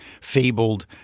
fabled